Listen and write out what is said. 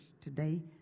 today